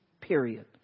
Period